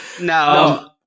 No